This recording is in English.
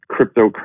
cryptocurrency